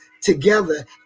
together